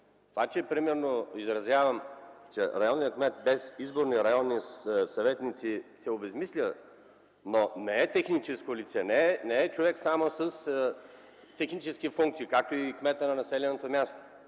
Това, че например изразявам, че районният кмет без изборни районни съветници се обезсмисля, но не е техническо лице, не е човек само с технически функции, както и кметът на населеното място.